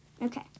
Okay